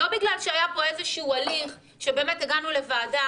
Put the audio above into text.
לא בגלל שהיה פה איזשהו הליך שבאמת הגענו לוועדה